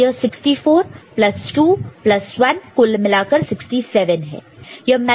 तो यह 64 plus 2 plus 1 कुल मिलाकर 67 है